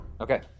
Okay